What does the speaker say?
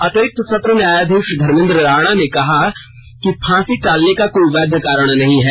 अतिरिक्त सत्र न्यायाधीश धर्मेद्र राणा ने कहा था कि फांसी टालने का कोई वैध कारण नहीं है